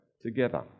together